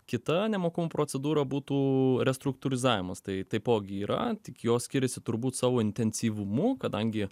kita nemokumo procedūra būtų restruktūrizavimas tai taipogi yra tik jos skiriasi turbūt savo intensyvumu kadangi